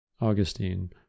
Augustine